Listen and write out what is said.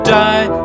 die